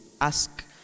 ask